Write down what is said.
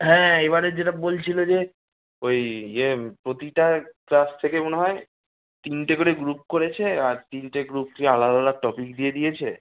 হ্যাঁ এইবারে যেটা বলছিলে যে ওই ইয়ে প্রতিটা ক্লাস থেকে মনে হয় তিনটে করে গ্রুপ করেছে আর তিনটে গ্রুপ থেকে আলাদা আলাদা টপিক দিয়ে দিয়েছে